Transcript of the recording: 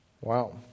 Wow